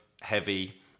heavy